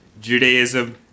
Judaism